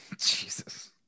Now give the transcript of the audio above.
Jesus